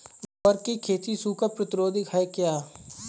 ग्वार की खेती सूखा प्रतीरोधक है क्या?